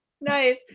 nice